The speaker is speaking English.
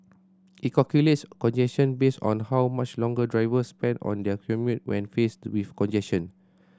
it calculates congestion based on how much longer drivers spend on their commute when faced with congestion